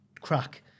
crack